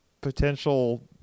potential –